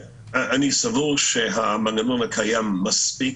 אני סבור שהמנגנון הקיים מספיק.